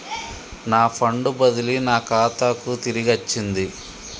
నా ఫండ్ బదిలీ నా ఖాతాకు తిరిగచ్చింది